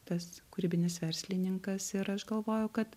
tas kūrybinis verslininkas ir aš galvoju kad